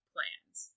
plans